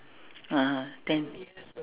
(uh huh) ten